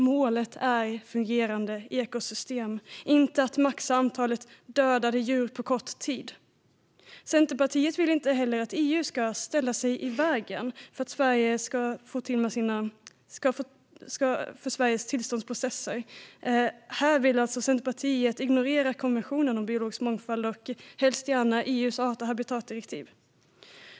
Målet är fungerande ekosystem - inte att maxa antalet dödade djur på kort tid. Centerpartiet vill inte heller att EU ska "ställa sig i vägen" för Sveriges tillståndsprocesser. Här vill Centerpartiet alltså ignorera konventionen om biologisk mångfald och helst även EU:s art och habitatdirektiv.